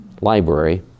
library